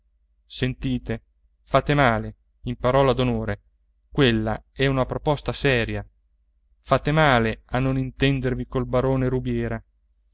sentite fate male in parola d'onore quella è una proposta seria fate male a non intendervi col barone rubiera